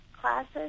classes